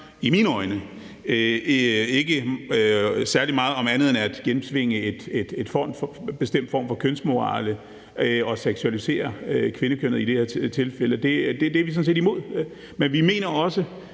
i mine øjne ikke om særlig meget andet end at gennemtvinge en bestemt form for kønsmoral og seksualisere i det her tilfælde kvindekønnet. Det er vi sådan set imod, men vi mener også,